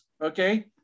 okay